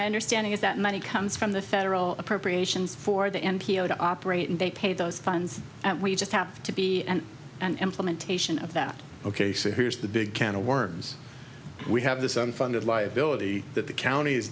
my understanding is that money comes from the federal appropriations for the n p o to operate and they pay those funds and we just have to be and an implementation of that ok so here's the big can of worms we have this unfunded liability that the count